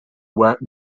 were